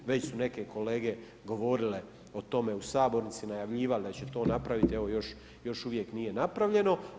Već su neke kolege govorile o tome u Sabornici, najavljivale da će to napraviti, evo još uvijek nije napravljeno.